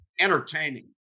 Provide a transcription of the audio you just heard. entertaining